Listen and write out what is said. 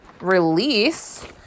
release